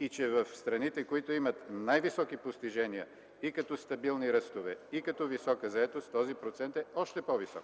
и че в страните, които имат най-високи постижения като стабилни ръстове и като висока заетост, този процент е още по-висок.